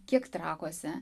kiek trakuose